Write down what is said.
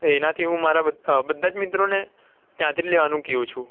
એ એનાથી હું મારા બધા જ મિત્રોને ત્યાંથી જ લેવાનું કહું છું